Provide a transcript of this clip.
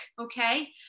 okay